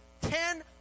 Ten